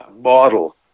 model